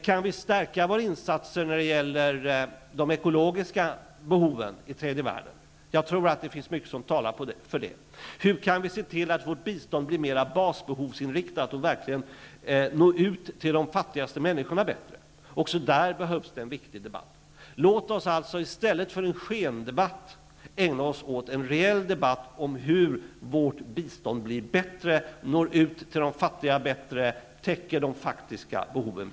Kan vi stärka våra insatser när det gäller de ekologiska behoven i tredje världen? Jag tror att det finns mycket som talar för det. Hur kan vi se till att vårt bistånd blir mer basbehovsinriktat så att vi bättre når ut till de fattigaste människorna? Också om detta behövs en viktig debatt. Låt oss i stället för att föra en skendebatt ägna oss åt en rejäl debatt om hur vårt bistånd skall bli bättre, nå de fattiga bättre och bättre täcka de faktiska behoven.